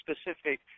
specific